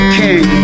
king